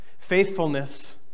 Faithfulness